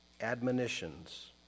admonitions